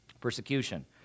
persecution